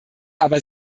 aber